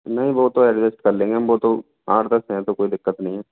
नहीं वो तो अडजस्ट कर लेंगे हम वो तो आठ दस हैं कोई दिक्कत नहीं हैं